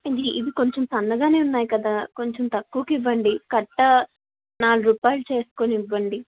ఇవి ఇవి కొంచెం సన్నగానే ఉన్నాయి కదా కొంచెం తక్కువకివ్వండి కట్ట నాలుగు రూపాయిలు చేసుకుని ఇవ్వండి